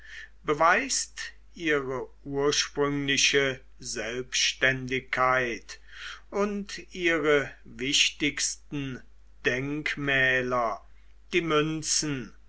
beweist ihre ursprüngliche selbständigkeit und ihre wichtigsten denkmäler die münzen